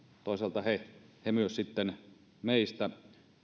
toisaalta he myös sitten meistä